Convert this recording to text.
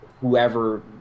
whoever